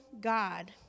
God